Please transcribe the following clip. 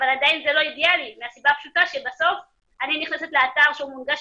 אבל עדיין זה לא אידיאלי מהסיבה הפשוטה שבסוף אני נכנסת לאתר שמונגש